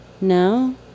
No